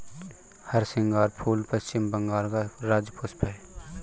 हरसिंगार फूल पश्चिम बंगाल का राज्य पुष्प है